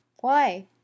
Why